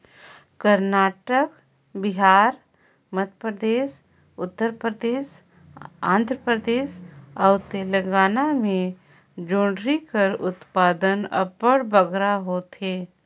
करनाटक, बिहार, मध्यपरदेस, उत्तर परदेस, आंध्र परदेस अउ तेलंगाना में जोंढरी कर उत्पादन अब्बड़ बगरा होथे